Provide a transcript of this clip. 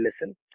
listen